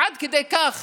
עד כדי כך